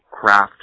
craft